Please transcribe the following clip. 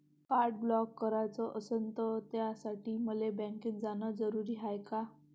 Card block कराच असनं त त्यासाठी मले बँकेत जानं जरुरी हाय का?